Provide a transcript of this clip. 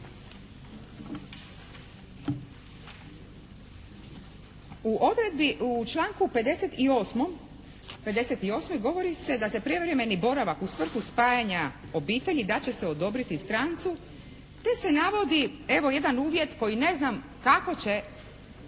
U odredbi, u članku 58. govori se da se prijevremeni boravak u svrhu spajanja obitelji da će se odobriti strancu te se navodi evo jedan uvjet koji ne znam kako će